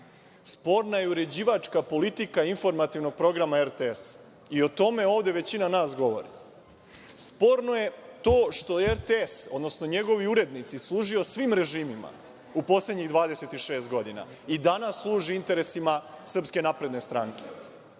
Sporna je uređivačka politika informativnog programa RTS i o tome ovde većina nas govori. Sporno je to što je RTS, odnosno njegovi urednici, služio svim režimima u poslednjih 26 godina. I danas služi interesima SNS.Dobro je ministar